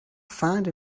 find